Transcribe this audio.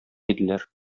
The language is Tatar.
иделәр